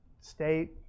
state